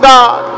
God